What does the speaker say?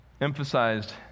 emphasized